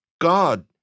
God